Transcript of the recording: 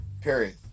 Period